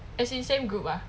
as in same group ah